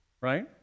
right